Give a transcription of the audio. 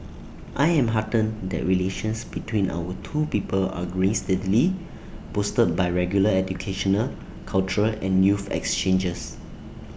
I am heartened that relations between our two people are growing steadily bolstered by regular educational cultural and youth exchanges